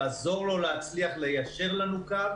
לעזור לו להצליח ליישר לנו קו